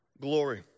glory